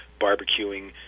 barbecuing